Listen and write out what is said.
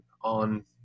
on